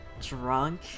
Drunk